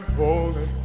holy